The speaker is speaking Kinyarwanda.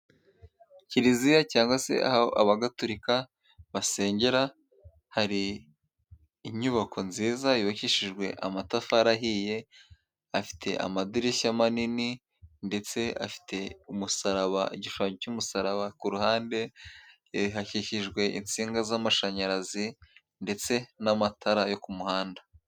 Kiliziya cyangwa se aho abagaturika basengera, hari inyubako nziza yukishijwe amatafari ahiye, afite amadirishya manini ndetse afite umusaraba, igishushanyo cy'umusaraba, ku ruhande hakikijwe insinga z'amashanyarazi ndetse n'amatara yo ku muhanda.